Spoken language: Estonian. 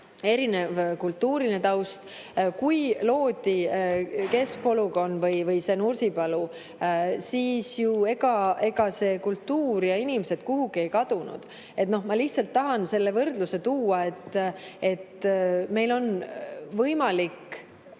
erinev kultuuriline taust. Kui loodi keskpolügoon või see Nursipalu, siis ju ega see kultuur ja inimesed kuhugi ei kadunud. Ma lihtsalt tahan selle võrdluse tuua: meil on praegu